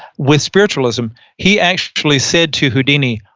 with spiritualism, he actually said to houdini,